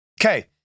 Okay